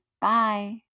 Bye